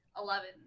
Eleven